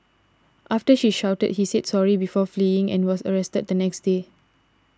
after she shouted he said sorry before fleeing and was arrested the next day